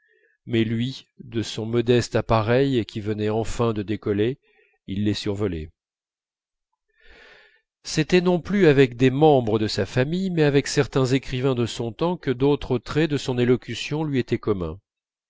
mais lui de son modeste appareil qui venait enfin de décoller il les survolait c'était non plus avec des membres de sa famille mais avec certains écrivains de son temps que d'autres traits de son élocution lui étaient communs